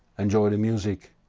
enjoy the music.